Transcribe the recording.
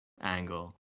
angle